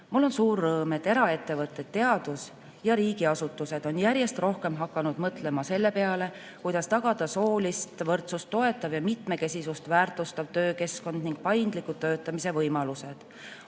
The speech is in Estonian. on suur rõõm, et eraettevõtted, teadus- ja riigiasutused on järjest rohkem hakanud mõtlema selle peale, kuidas tagada soolist võrdsust toetav ja mitmekesisust väärtustav töökeskkond ning paindliku töötamise võimalused,